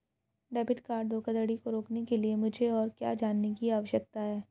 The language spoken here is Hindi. डेबिट कार्ड धोखाधड़ी को रोकने के लिए मुझे और क्या जानने की आवश्यकता है?